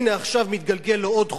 הנה, עכשיו, מתגלגל לו עוד חוק,